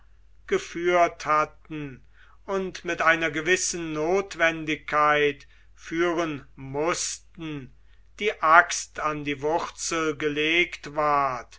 geführt hatten und mit einer gewissen notwendigkeit führen mußten die axt an die wurzel gelegt ward